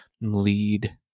lead